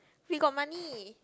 we got money